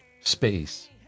space